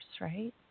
right